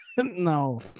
No